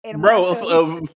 Bro